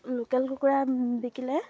local কুকুৰা বিকিলে